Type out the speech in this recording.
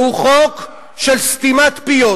שהוא חוק של סתימת פיות,